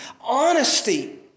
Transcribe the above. honesty